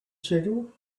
schedule